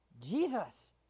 Jesus